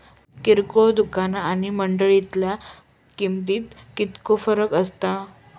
किरकोळ दुकाना आणि मंडळीतल्या किमतीत कितको फरक असता?